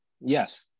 Yes